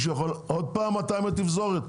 עוד פעם אתה עם התפזורת?